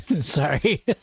Sorry